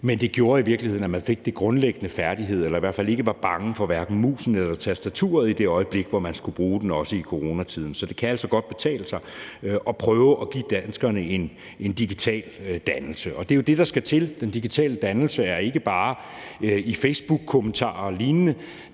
men det gjorde i virkeligheden, at man fik de grundlæggende færdigheder eller i hvert fald hverken var bange for musen eller tastaturet i det øjeblik, hvor man skulle bruge dem, også i coronatiden. Så det kan altså godt betale sig at prøve at give danskerne en digital dannelse, og det er jo det, der skal til. Den digitale dannelse angår ikke bare facebookkommentarer og lignende,